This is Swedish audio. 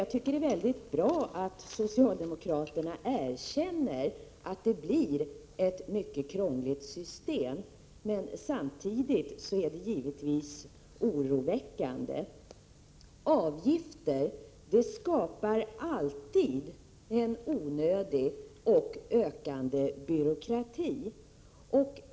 Jag tycker att det är bra att socialdemokraterna erkänner att det blir ett mycket krångligt system. Men samtidigt är det givetvis oroväckande. Avgifter skapar alltid en onödig och ökande byråkrati.